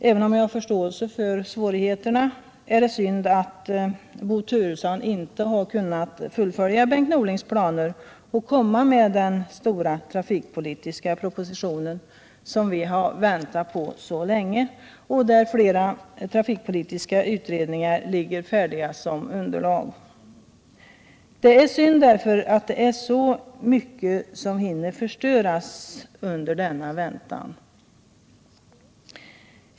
Även om jag har förståelse för svårigheterna, så tycker jag det är synd att Bo Turesson inte har kunnat fullfölja Bengt Norlings planer och komma med den stora trafikpolitiska propositionen som vi väntat på så länge och där flera trafikpolitiska utredningar ligger färdiga som underlag. Det är synd därför att det är så mycket som hinner förstöras under denna väntan.